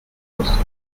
construit